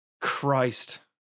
Christ